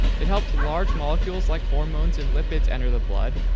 it helps large molecules like hormones and lipids enter the blood,